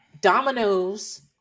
dominoes